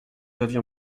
avons